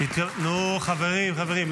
נו, חברים, חברים.